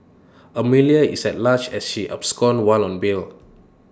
Amelia is at large as she absconded while on bail